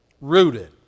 Rooted